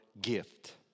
gift